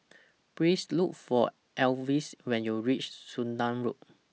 Please Look For Elvis when YOU REACH Sudan Road